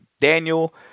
Daniel